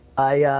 i